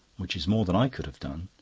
which is more than i could have done.